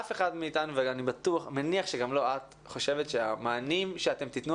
אף אחד מאיתנו ואני מניח שגם לא את חושבת שהמענים שאתם תיתנו,